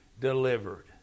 delivered